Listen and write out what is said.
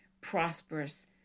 prosperous